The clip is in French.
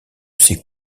sait